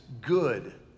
good